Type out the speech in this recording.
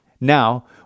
Now